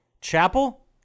chapel